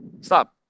stop